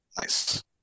Nice